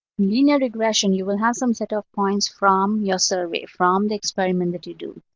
you know regression, you will have some set of points from your survey, from the experiment that you do.